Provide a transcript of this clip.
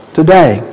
today